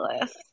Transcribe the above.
list